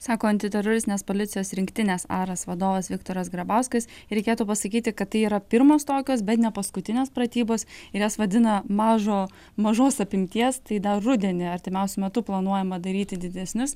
sako antiteroristinės policijos rinktinės aras vadovas viktoras grabauskas reikėtų pasakyti kad tai yra pirmos tokios bet ne paskutinės pratybos ir jas vadina mažo mažos apimties tai dar rudenį artimiausiu metu planuojama daryti didesnius